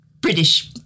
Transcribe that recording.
British